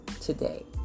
today